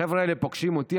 החבר'ה האלה פוגשים אותי.